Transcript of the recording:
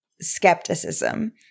skepticism